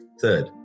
third